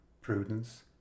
prudence